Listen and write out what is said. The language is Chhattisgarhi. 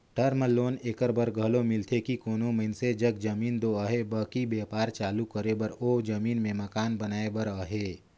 टर्म लोन एकर बर घलो मिलथे कि कोनो मइनसे जग जमीन दो अहे बकि बयपार चालू करे बर ओ जमीन में मकान बनाए बर अहे